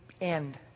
end